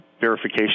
verification